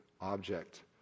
object